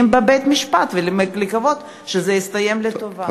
בבית-המשפט ולקוות שזה יסתיים לטובה.